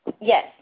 Yes